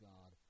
God